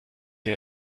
der